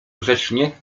grzecznie